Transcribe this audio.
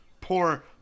Poor